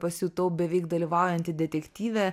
pasijutau beveik dalyvaujanti detektyve